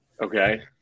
Okay